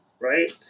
right